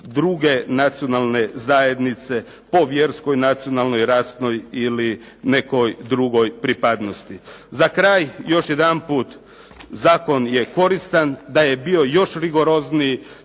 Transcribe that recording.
druge nacionalne zajednice, po vjerskoj, nacionalnoj, rasnoj ili nekoj drugoj pripadnosti. Za kraj još jedanput zakon je koristan. Da je bio još rigorozniji